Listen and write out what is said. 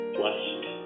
blessed